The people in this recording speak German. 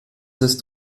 ist